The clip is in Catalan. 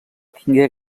tingué